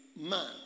man